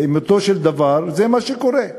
לאמיתו של דבר, זה מה שקורה.